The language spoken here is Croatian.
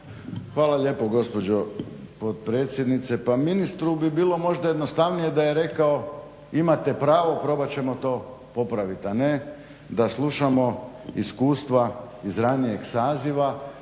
Hvala lijepo gospođo potpredsjednice. Pa ministru bi bilo možda jednostavnije da je rekao imate pravo, probat ćemo to popraviti a ne da slušamo iskustva iz ranijeg saziva.